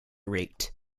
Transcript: rate